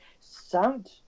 sound